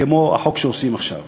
כמו החוק שעושים עכשיו.